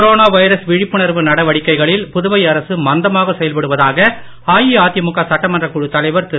corona virus விழிப்புணர்வு நடவடிக்கைகளில் புதுவை அரசு மந்தமாக செயல்படுவதாக அஇஅதிமுக சட்டமன்றக் குழு தலைவர் திரு